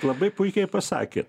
labai puikiai pasakėt